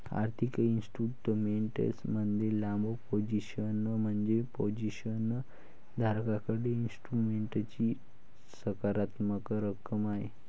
आर्थिक इन्स्ट्रुमेंट मध्ये लांब पोझिशन म्हणजे पोझिशन धारकाकडे इन्स्ट्रुमेंटची सकारात्मक रक्कम आहे